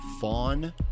fawn